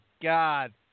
God